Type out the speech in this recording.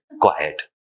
quiet